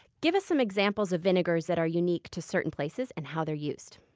give us some examples of vinegars that are unique to certain places, and how they're used